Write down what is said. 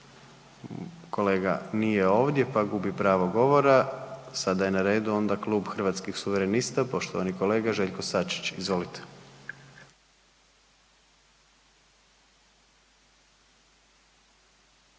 Kolega nije ovdje pa gubi pravo govora. Sada je na redu onda Klub Hrvatskih suverenista, poštovani kolega Željko Sačić. Izvolite.